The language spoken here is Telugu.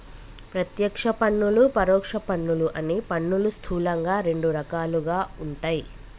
ప్రత్యక్ష పన్నులు, పరోక్ష పన్నులు అని పన్నులు స్థూలంగా రెండు రకాలుగా ఉంటయ్